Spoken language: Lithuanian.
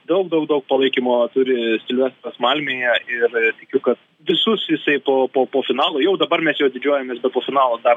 daug daug daug palaikymo turi silvestras malmėje ir tikiu kad visus jisai po po po finalo jau dabar mes juo didžiuojamės bet po finalo dar